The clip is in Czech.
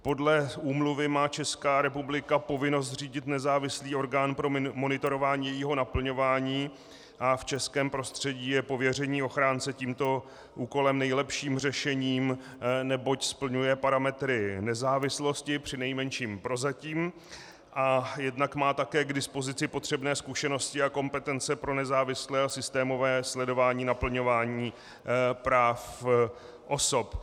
Podle úmluvy má Česká republika povinnost zřídit nezávislý orgán pro monitorování jejího naplňování a v českém prostředí je pověření ochránce tímto úkolem nejlepším řešením, neboť splňuje parametry nezávislosti, přinejmenším prozatím, a jednak má také k dispozici potřebné zkušenosti a kompetence pro nezávislé a systémové sledování naplňování práv osob.